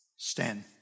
Stand